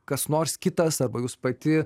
kas nors kitas arba jūs pati